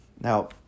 Now